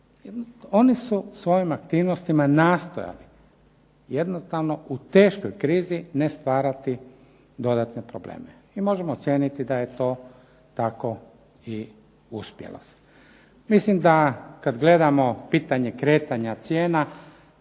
oni su svojim aktivnostima nastojali jednostavno u teškoj krizi ne stvarati dodatne probleme i možemo ocijeniti da se to tako i uspjelo. Mislim da kad gledamo pitanje kretanja cijena